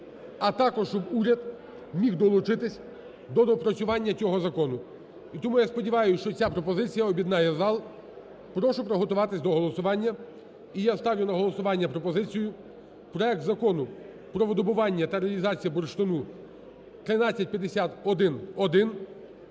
а також щоб уряд міг долучитися до опрацювання цього закону. І тому я сподіваюсь, що ця пропозиція об'єднає зал. Прошу приготуватися до голосування. І я ставлю на голосування пропозицію про видобування та реалізацію бурштину (1351-1)